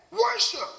worship